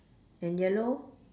and yellow